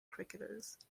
cricketers